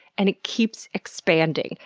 and it keeps expanding,